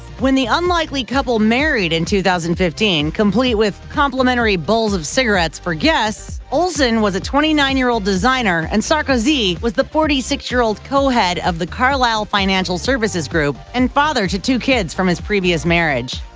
when the unlikely couple married in two thousand and fifteen, complete with complimentary bowls of cigarettes for guests, olsen was a twenty nine year old designer and sarkozy was the forty six year old co-head of the carlyle's financial services group and father to two kids from his previous marriage.